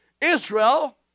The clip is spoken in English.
Israel